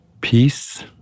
Peace